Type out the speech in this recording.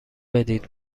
بدید